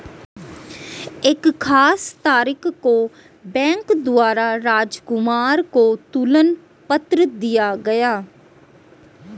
एक खास तारीख को बैंक द्वारा राजकुमार को तुलन पत्र दिया गया